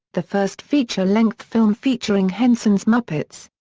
the first feature-length film featuring henson's muppets.